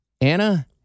Anna